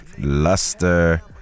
luster